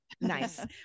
Nice